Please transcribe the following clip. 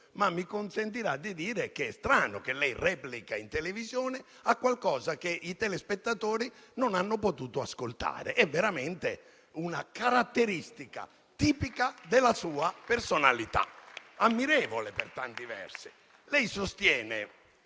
ma mi consentirà di dire che è strano che lei replichi in televisione a qualcosa che i telespettatori non hanno potuto ascoltare. È veramente una caratteristica tipica della sua personalità, ammirevole per tanti versi.